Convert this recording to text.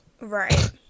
right